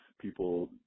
people